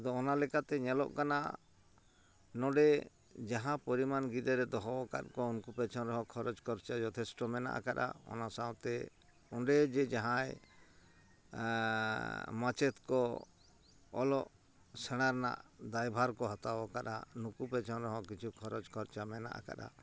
ᱟᱫᱚ ᱚᱱᱟ ᱞᱮᱠᱟᱛᱮ ᱧᱮᱞᱚ ᱠᱟᱱᱟ ᱱᱚᱸᱰᱮ ᱡᱟᱦᱟᱸ ᱯᱚᱨᱤᱢᱟᱱ ᱜᱤᱫᱽᱨᱟᱹ ᱫᱚᱦᱚᱣ ᱟᱠᱟᱫ ᱠᱚᱣᱟ ᱩᱱᱠᱩ ᱯᱮᱪᱷᱚᱱ ᱨᱮᱦᱚᱸ ᱠᱷᱚᱨᱚᱪ ᱠᱷᱚᱨᱪᱟ ᱡᱚᱛᱷᱮᱥᱴᱚ ᱢᱮᱱᱟᱜ ᱟᱠᱟᱜᱼᱟ ᱚᱱᱟ ᱥᱟᱶᱛᱮ ᱚᱸᱰᱮ ᱡᱮ ᱡᱟᱦᱟᱸᱭ ᱢᱟᱪᱮᱫ ᱠᱚ ᱚᱞᱚᱜ ᱥᱮᱬᱟ ᱨᱮᱱᱟᱜ ᱫᱟᱭᱵᱷᱟᱨ ᱠᱚ ᱦᱟᱛᱟᱣ ᱟᱠᱟᱫᱟ ᱱᱩᱠᱩ ᱯᱮᱪᱷᱚᱱ ᱨᱮᱦᱚᱸ ᱠᱤᱪᱷᱩ ᱠᱷᱚᱨᱪᱟ ᱢᱮᱱᱟᱜ ᱟᱠᱟᱫᱟ